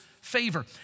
favor